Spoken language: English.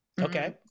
Okay